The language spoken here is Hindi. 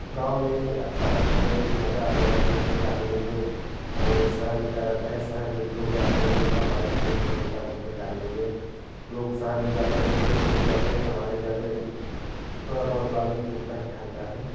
गाँव में अच्छा रहता है मज़ा आता है घूमने टहलने में और शहर में क्या रहता है शहर में लोग जाते हैं तो इतना माइंड फ्रेश नहीं होता घूमने टहलने में लोग शहर में जाते है घूमने तो नहीं जाते है कमाने जाते हैं लेकिन थोड़ा बहुत तो आदमी घूमता ही टहलता है